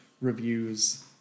reviews